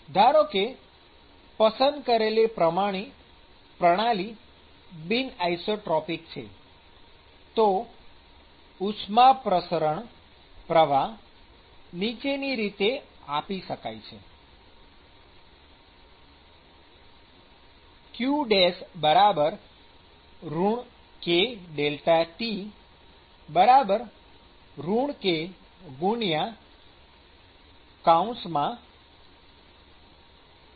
ધારો કે પસંદ કરેલ પ્રણાલી બિન આઈસોત્રોપિક છે તો ઉષ્મા પ્રસરણ પ્રવાહ નીચેની રીતે આપી શકાય છે